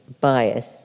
bias